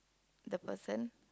the person